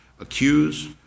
accuse